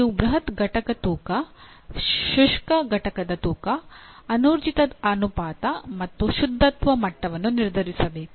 ನೀವು ಬೃಹತ್ ಘಟಕ ತೂಕ ಶುಷ್ಕ ಘಟಕದ ತೂಕ ಅನೂರ್ಜಿತ ಅನುಪಾತ ಮತ್ತು ಶುದ್ಧತ್ವ ಮಟ್ಟವನ್ನು ನಿರ್ಧರಿಸಬೇಕು